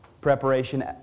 preparation